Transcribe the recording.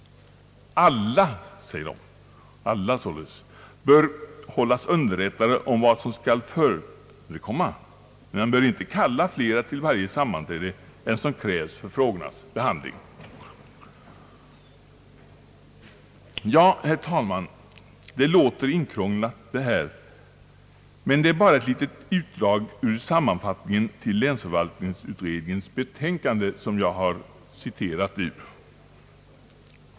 »Alla», sägs det i betänkandet, »bör hållas underrättade om vad som skall förekomma, men man bör inte kalla flera till varje sammanträde än som krävs för frågornas behandling.» Ja, herr talman, det låter tillkrånglat detta, men det är bara ett litet utdrag ur sammanfattningen till länsförvaltningsutredningens betänkande som jag har citerat.